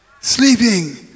sleeping